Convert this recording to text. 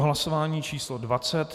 Hlasování číslo 20.